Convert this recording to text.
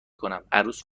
کنم، عروس